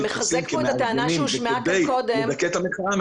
נתפסים כמארגנים וכדי לדכא את ההפגנה,